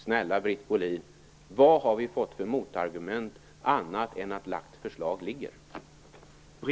Snälla Britt Bohlin, vad har vi fått för motargument annat än att lagt förslag ligger?